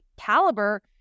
caliber